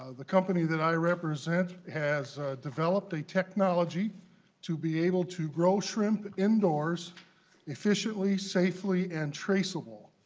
ah the company that i represent has developed a technology to be able to grow shrimp indoors efficiently safely and traceable.